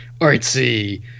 artsy